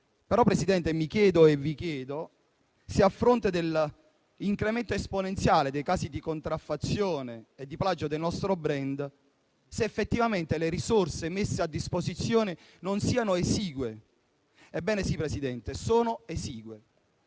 Presidente, mi chiedo e vi chiedo se, a fronte dell'incremento esponenziale dei casi di contraffazione e di plagio del nostro *brand*, effettivamente le risorse messe a disposizione non siano esigue. Ebbene sì, signor Presidente, sono esigue,